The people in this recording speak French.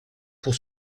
pour